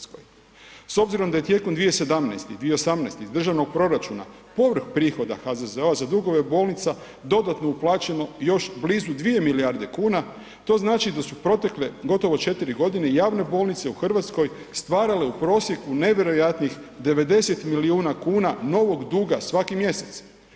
S obzirom da je tijekom 2017. i 2018. iz državnog proračuna, povrh prihoda HZZO za dugove bolnica dodatno uplaćeno još blizu 2 milijarde kuna, to znači da su protekle gotovo 4.g. javne bolnice u RH stvarale u prosjeku nevjerojatnih 90 milijuna kuna novog duga svaki mjesec.